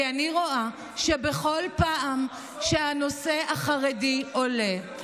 כי אני רואה שבכל פעם שהנושא החרדי עולה,